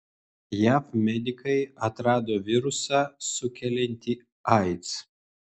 jav medikai atrado virusą sukeliantį aids